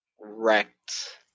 wrecked